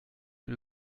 que